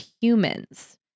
humans